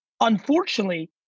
Unfortunately